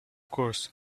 course